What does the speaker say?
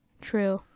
true